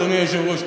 אדוני היושב-ראש,